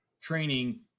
training